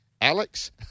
Alex